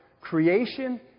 creation